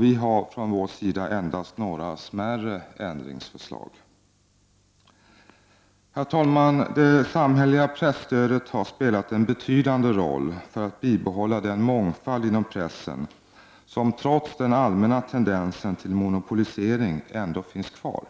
Vi har endast några smärre ändringsförslag. Herr talman! Det samhälleliga presstödet har spelat en betydande roll för att bibehålla den mångfald inom pressen som trots den allmänna tendensen till monopolisering ändå finns kvar.